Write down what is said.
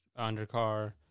undercar